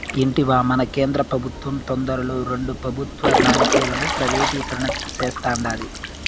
ఇంటివా, మన కేంద్ర పెబుత్వం తొందరలో రెండు పెబుత్వ బాంకీలను ప్రైవేటీకరణ సేస్తాండాది